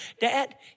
dad